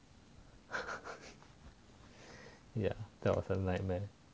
yeah that was a nightmare